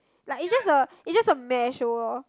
like it's just a it just a measure